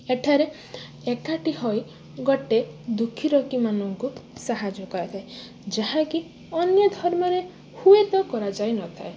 ଏଠାରେ ଏକାଠି ହୋଇ ଗୋଟେ ଦୁଃଖୀରଙ୍କୀମାନଙ୍କୁ ସାହାଯ୍ୟ କରାଯାଏ ଯାହାକି ଅନ୍ୟ ଧର୍ମରେ ହୁଏତ କରାଯାଇ ନଥାଏ